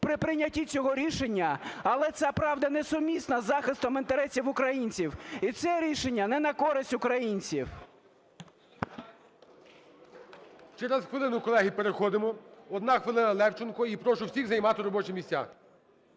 при прийнятті цього рішення. Але ця правда несумісна з захистом інтересів українців. І це рішення не на користь українців. ГОЛОВУЮЧИЙ. Через хвилину, колеги, переходимо. Одна хвилина Левченку. І прошу всіх займати робочі місця.